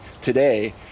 today